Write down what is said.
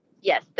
Yes